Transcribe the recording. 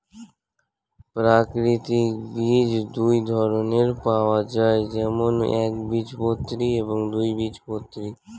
প্রাকৃতিক বীজ দুই ধরনের পাওয়া যায়, যেমন একবীজপত্রী এবং দুই বীজপত্রী